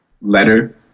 letter